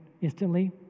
instantly